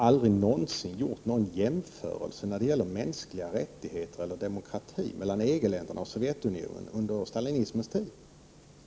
Aldrig någonsin har jag gjort någon jämförelse vad beträffar mänskliga rättigheter och demokrati mellan EG-länderna och Sovjetunionen under stalinismens tid.